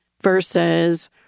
versus